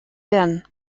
been